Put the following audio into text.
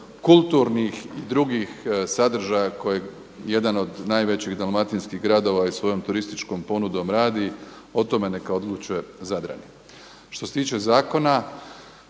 kulturnih, drugih sadržaja koji jedan od najvećih dalmatinskih gradova svojom turističkom ponudom radi, o tome neka odlučuju Zadrani. Što se tiče zakona,